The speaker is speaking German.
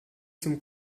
zum